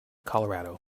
colorado